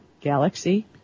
Galaxy